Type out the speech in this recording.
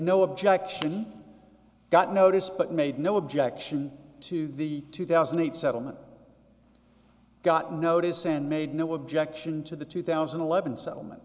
no objection got notice but made no objection to the two thousand and eight settlement got notice and made no objection to the two thousand and eleven settlement